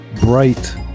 bright